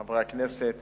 חברי הכנסת